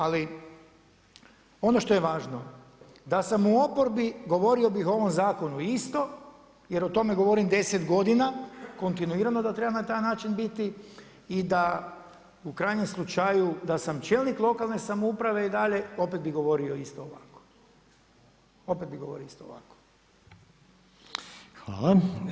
Ali ono što je važno da sam u oporbi govorio bih o ovom zakonu isto, jer o tome govorim 10 godina kontinuirano da treba na taj način biti i da u krajnjem slučaju da sam čelnik lokalne samouprave i dalje opet bih govorio isto ovako, opet bih govorio isto ovako.